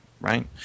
right